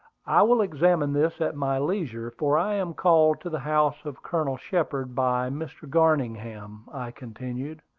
i will examine this at my leisure for i am called to the house of colonel shepard by mr. garningham, i continued.